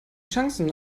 chancen